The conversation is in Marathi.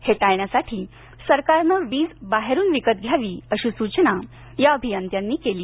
हे टाळण्यासाठी सरकारने वीज बाहेरून विकत घ्यावी अशी सूचना या अभियंत्यांनी केली